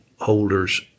holder's